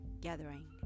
gathering